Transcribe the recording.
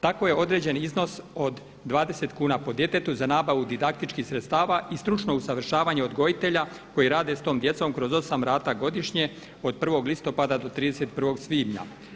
Tako je određen iznos od 20 kuna po djetetu za nabavu didaktičkih sredstava i stručno usavršavanje odgojitelja koji rade s tom djecom kroz osam rata godišnje od 1. listopada do 31. svibnja.